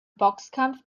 boxkampf